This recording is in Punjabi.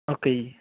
ਓਕੇ ਜੀ